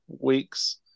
weeks